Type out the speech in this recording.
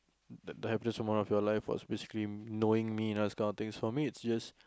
the the happiest moment of your life is basically knowing me this kind of thing for me it's just